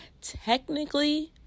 technically